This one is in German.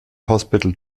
hospital